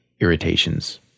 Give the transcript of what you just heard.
irritations